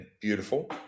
beautiful